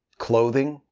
clothing,